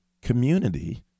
Community